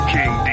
King